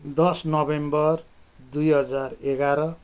दस नोभेम्बर दुई हजार एघार